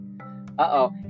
Uh-oh